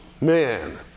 man